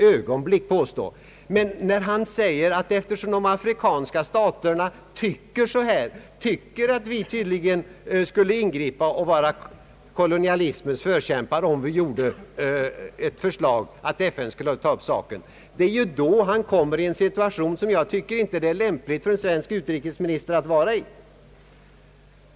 Men det är just när han säger att eftersom de afrikanska staterna anser att vi skulle vara kolonialismens förkämpar om vi föreslog att FN skulle ta upp frågan som han kommer i en situation i vilken jag inte tycker det är lämpligt för en svensk utrikesminister att befinna sig.